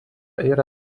yra